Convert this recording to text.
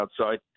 outside